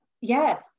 yes